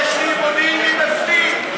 יש לי מודיעין מבפנים.